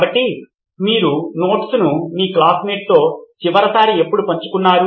కాబట్టి మీరు మీ నోట్స్ను మీ క్లాస్మేట్స్తో చివరిసారి ఎప్పుడు పంచుకున్నారు